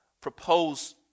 propose